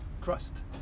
crust